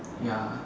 ya